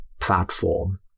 platform